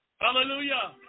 Hallelujah